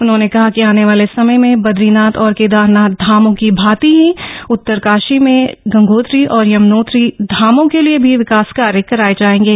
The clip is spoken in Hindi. उन्होंने कहा कि आने वाले समय में बदरीनाथ और केदारनाथ धामों की भांति ही उत्तरकाशी में गंगोत्री और यमनोत्री धामों के लिए भी विकास कार्य कराए जाएंगे